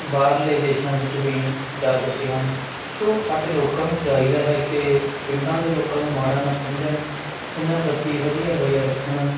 ਬਾਹਰਲੇ ਦੇਸ਼ਾਂ ਵਿੱਚ ਵੀ ਜਾ ਚੁੱਕੇ ਹਨ ਸੋ ਸਾਡੇ ਲੋਕਾਂ ਨੂੰ ਚਾਹੀਦਾ ਹੈ ਕਿ ਪਿੰਡਾਂ ਦੇ ਲੋਕਾਂ ਨੂੰ ਮਾੜਾ ਨਾ ਸਮਝਣ ਇਹਨਾਂ ਪ੍ਰਤੀ ਵਧੀਆ ਰਵੱਈਆ ਰੱਖਣ